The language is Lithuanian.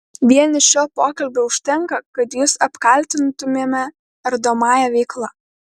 vien šio pokalbio užtenka kad jus apkaltintumėme ardomąja veikla